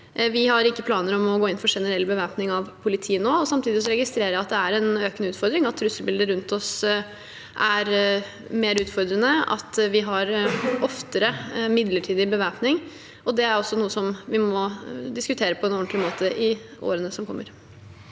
Vi har ikke planer om å gå inn for generell bevæpning av politiet nå. Samtidig registrerer jeg at det er en økende utfordring, at trusselbildet rundt oss er mer utfordrende, og at vi oftere har midlertidig bevæpning. Det er også noe vi må diskutere på en ordentlig måte i årene som kommer.